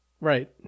Right